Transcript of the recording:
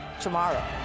tomorrow